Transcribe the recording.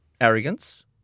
arrogance